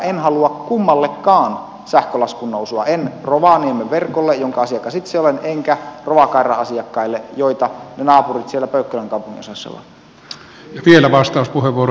en halua kummallekaan sähkölaskun nousua en rovaniemen verkolle jonka asiakas itse olen enkä rovakairan asiakkaille joita ne naapurit siellä pölkkylän kaupunginosassa ovat